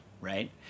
right